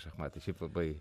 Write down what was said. šachmatai šiaip labai